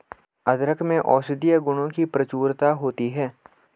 अदरक में औषधीय गुणों की प्रचुरता होती है